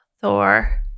Thor